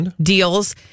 deals